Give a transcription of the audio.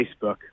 Facebook